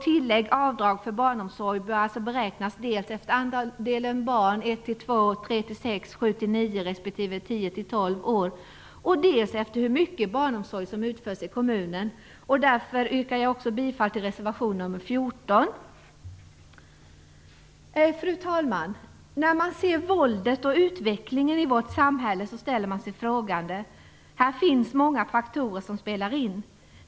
Tillägg eller avdrag för barnomsorg bör alltså beräknas dels efter andelen barn mellan 1 och 2 år, 3 och 6 år, 7 och 9 år och 10 Därför yrkar jag också bifall till reservation nr 14. Fru talman! När man ser våldet och utvecklingen i vårt samhälle ställer man sig frågande. Här finns många faktorer som spelar in.